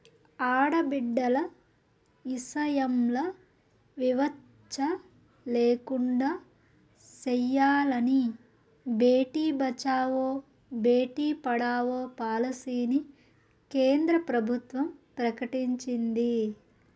ఆడబిడ్డల ఇసయంల వివచ్చ లేకుండా సెయ్యాలని బేటి బచావో, బేటీ పడావో పాలసీని కేంద్ర ప్రభుత్వం ప్రకటించింది